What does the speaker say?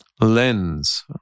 lens